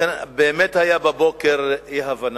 באמת היתה בבוקר אי-הבנה: